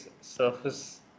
surface